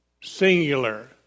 singular